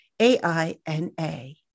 A-I-N-A